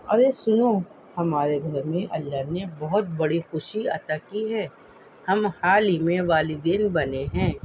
ارے سنو ہمارے گھر میں اللہ نے بہت بڑی خوشی عطا کی ہے ہم حال ہی میں والدین بنے ہیں